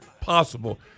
possible